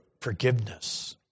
forgiveness